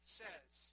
says